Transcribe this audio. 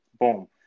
boom